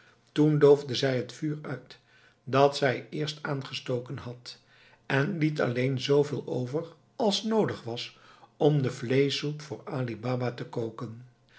toen doofde zij het vuur uit dat zij eerst aangestoken had en liet alleen zooveel over als noodig was om de vleeschsoep voor ali baba te koken